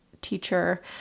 teacher